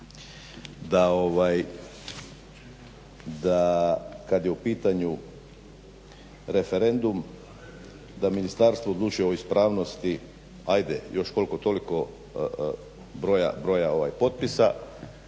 da kad je u pitanju referendum, da ministarstvo odlučuje o ispravnosti, ajde još koliko toliko broja potpisa,